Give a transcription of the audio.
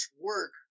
work